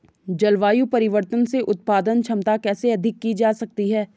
जलवायु परिवर्तन से उत्पादन क्षमता कैसे अधिक की जा सकती है?